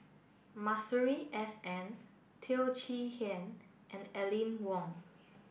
Masuri S N Teo Chee Hean and Aline Wong